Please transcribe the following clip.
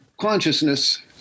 consciousness